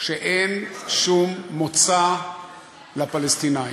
שאין שום מוצא לפלסטינים,